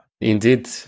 Indeed